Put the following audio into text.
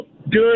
good